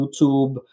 YouTube